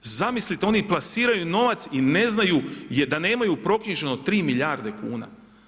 Zamislite oni plasiraju novac i ne znaju da nemaju proknjiženo 3 milijarde kuna?